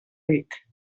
ric